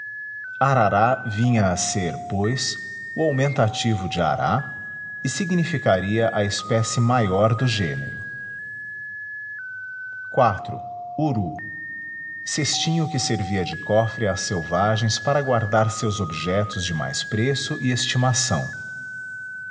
arárá vinha a ser pois o aumentativo de ará e significaria a espécie maior do gênero iv uru cestinho que servia de cofre às selvagens para guardar seus objetos de mais preço e estimação